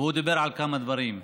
והוא דיבר על כמה דברים.